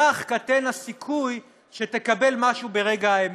כך קטן הסיכוי שתקבל משהו ברגע האמת,